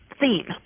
theme